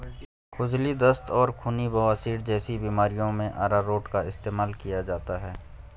खुजली, दस्त और खूनी बवासीर जैसी बीमारियों में अरारोट का इस्तेमाल किया जाता है